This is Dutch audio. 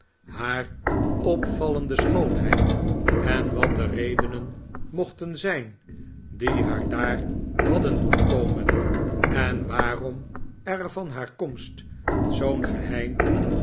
haar opvallende schoonheid en wat de redenen mochten zijn die haar daar hadden doen komen en waarom er van haar komst zoo'n geheim